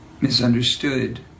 misunderstood